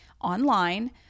online